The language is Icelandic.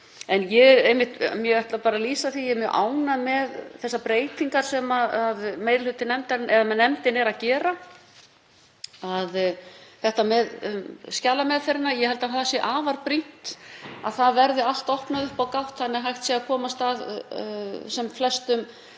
að ég er mjög ánægð með þessa breytingu sem nefndin er að gera varðandi skjalameðferðina. Ég held að það sé afar brýnt að allt verði opnað upp á gátt þannig að hægt sé að komast að sem flestum